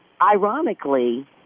ironically